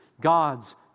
God's